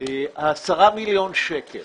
10 מיליון שקלים